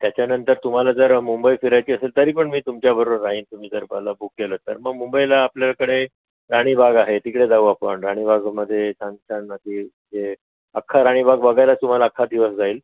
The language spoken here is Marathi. त्याच्यानंतर तुम्हाला जर मुंबई फिरायची असेल तरीपण मी तुमच्याबरोबर राहीन तुम्ही जर मला बुक केलं तर मग मुंबईला आपल्याकडे राणीबाग आहे तिकडे जाऊ आपण राणीबागमध्ये छानछान हे हे अख्खा राणीबाग बघायलाच तुम्हाला अख्खा दिवस जाईल